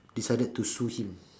decided to sue him